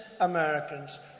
Americans